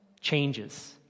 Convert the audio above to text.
changes